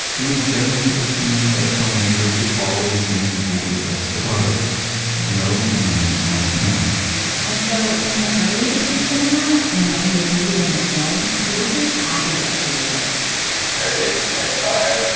it was generally assumed that filmmakers would follow the same rules as photographers no money on camera and so, in the early days of cinema, when money was needed in a film, producers had to get creative thirty, thirty five,